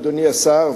אדוני השר,